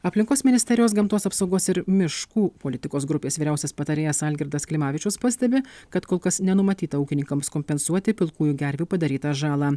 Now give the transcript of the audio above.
aplinkos ministerijos gamtos apsaugos ir miškų politikos grupės vyriausias patarėjas algirdas klimavičius pastebi kad kol kas nenumatyta ūkininkams kompensuoti pilkųjų gervių padarytą žalą